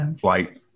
flight